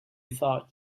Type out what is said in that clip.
thought